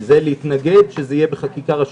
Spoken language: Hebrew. זה להתנגד שזה יהיה בחקיקה ראשית.